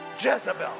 Jezebel